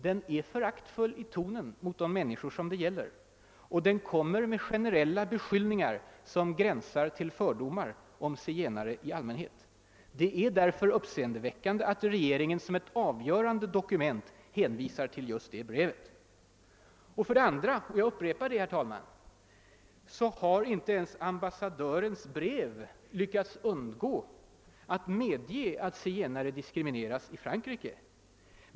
Det är föraktfullt i tonen mot människorna i fråga, och det kommer med generella beskyllningar som gränsar till fördomar mot zigenare i allmänhet. Det är därför uppseendeväckande att regeringen hänvisar just till detta brev som ett väsentligt dokument. Dessutom har inte ens ambassadören i sitt brev lyckats undgå att medge att zigenare diskrimineras i Frankrike.